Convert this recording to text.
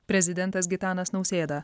prezidentas gitanas nausėda